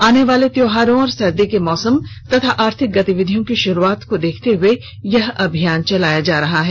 आने वाले त्योहारों और सर्दी के मौसम तथा आर्थिक गतिविधियों की शुरुआत को देखते हुए यह अभियान चलाया जा रहा है